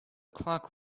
clock